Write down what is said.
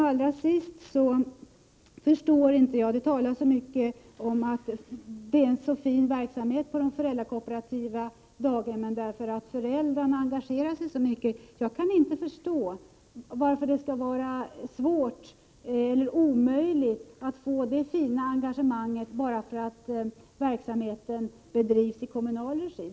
Allra sist: Det talas så mycket om att det är en så fin verksamhet på de föräldrakooperativa daghemmen därför att föräldrarna engagerar sig så mycket. Jag kan inte förstå varför det skall vara svårt eller omöjligt att få det fina engagemanget bara därför att verksamheten bedrivs i kommunal regi.